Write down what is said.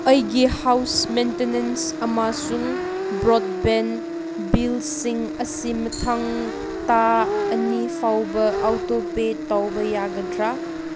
ꯑꯩꯒꯤ house maintenance ꯑꯃꯁꯨꯡ broadband ꯕꯤꯜꯁꯤꯡ ꯑꯁꯤ ꯃꯊꯪ ꯇꯥꯡ ꯑꯅꯤ ꯐꯥꯎꯕ ꯑꯣꯇꯣꯄꯦ ꯇꯧꯕ ꯌꯥꯒꯗ꯭ꯔꯥ